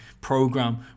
program